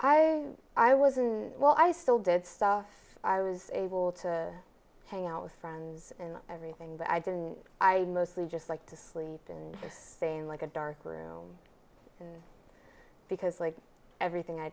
i i wasn while i still did stuff i was able to hang out with friends and everything but i didn't i mostly just like to sleep and just saying like a dark room because like everything i